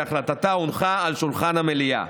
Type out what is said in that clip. והחלטתה הונחה על שולחן המליאה.